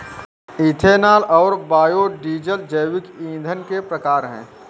ethanol और biodiesel जैविक ईंधन के प्रकार है